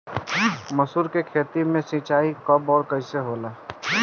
मसुरी के खेती में सिंचाई कब और कैसे होला?